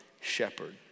shepherd